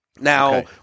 Now